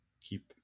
keep